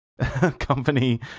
company